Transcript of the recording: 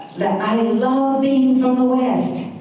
i loved being from the west.